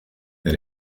that